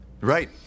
Right